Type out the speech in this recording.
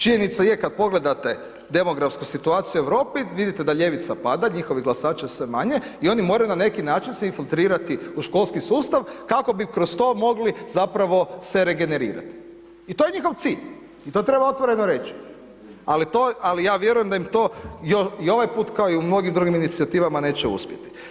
Činjenica je kad pogledate demografsku situaciju Europe vidite da ljevica pada, njihovih glasača je sve manje i oni moraju na neki način se infiltrirati u školski sustav, kako bi kroz to mogli zapravo se regenerirati i to je njihov cilj i to treba otvoreno reći, ali ja vjerujem da im to i ovaj put kao i u mnogim drugim inicijativama neće uspjeti.